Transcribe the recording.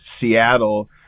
Seattle